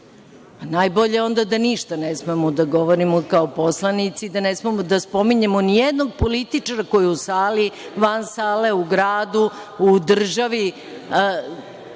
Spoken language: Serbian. Najbolje da onda ništa ne smemo da govorimo kao poslanici i da ne smemo da spominjemo nijednog političara koji je u sali, van sale, u gradu, u državi